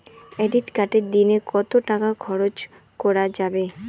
Credit কার্ডে দিনে কত টাকা খরচ করা যাবে?